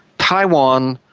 taiwan,